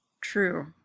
True